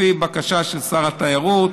לפי בקשה של שר התיירות,